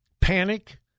panic